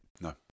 no